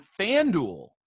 FanDuel